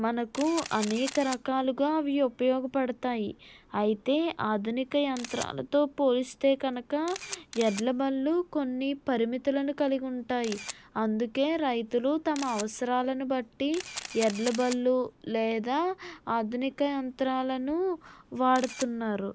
మనకు అనేక రకాలుగా అవి ఉపయోగపడతాయి అయితే ఆధునిక యంత్రాలతో పోలిస్తే కనుక ఎడ్ల బళ్ళు కొన్ని పరిమితులను కలిగి ఉంటాయి అందుకే రైతులు తమ అవసరాలను బట్టి ఎడ్ల బళ్ళు లేదా ఆధునిక యంత్రాలను వాడుతున్నారు